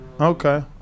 Okay